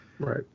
Right